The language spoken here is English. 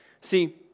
See